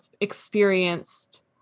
experienced